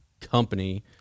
company